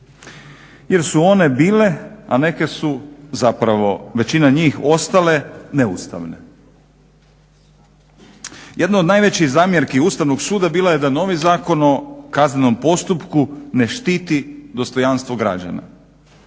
jer su one bile, a neke su zapravo većina njih ostale neustavne. Jedna od najvećih zamjerki Ustavnog suda bila je da novi Zakon o kaznenom postupku ne štiti dostojanstvo građana.